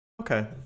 Okay